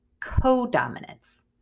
codominance